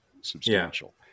substantial